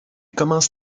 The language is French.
commence